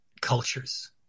cultures